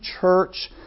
church